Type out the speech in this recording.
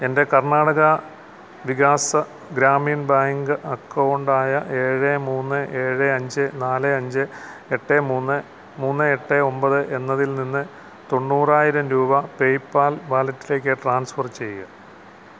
എന്റെ Karnataka Vikas Grameen bank account ആയ ഏഴ് മൂന്ന് ഏഴ് അഞ്ച് നാല് അഞ്ച് എട്ട് മൂന്ന് മൂന്ന് എട്ട് ഒമ്പത് എന്നതിൽ നിന്ന് തൊണ്ണൂറായിരം രൂപ പേപാൽ വാലറ്റിലേക്ക് ട്രാൻസ്ഫർ ചെയ്യുക